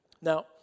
Now